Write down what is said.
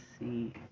see